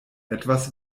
etwas